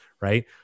right